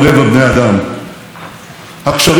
אף הם הולכים ומתרחבים.